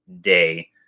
day